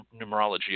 numerology